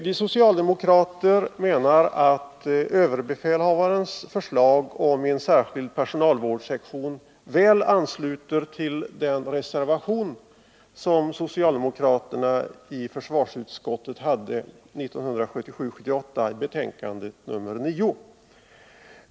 Vi socialdemokra ter menar att överbefälhavarens förslag om en särskild personalvårdssektion väl ansluter till den reservation som socialdemokraterna i försvarsutskottet hade 1977/78 i betänkande 9.